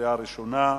קריאה ראשונה.